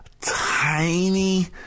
tiny